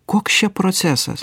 koks čia procesas